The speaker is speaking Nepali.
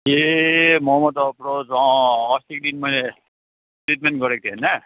ए मोहम्मद अफ्रोज अँ अँ अस्तिको दिन मैले ट्रिटमेन्ट गरेको थिएँ हैन